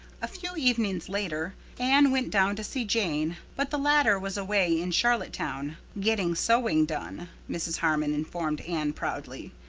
a few evenings later anne went down to see jane, but the latter was away in charlottetown getting sewing done, mrs. harmon informed anne proudly.